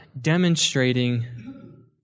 demonstrating